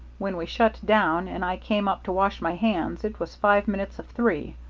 when we shut down and i came up to wash my hands, it was five minutes of three.